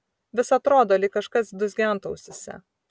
vis atrodo lyg kažkas dūzgentų ausyse